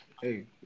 hey